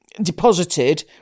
deposited